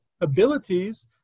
abilities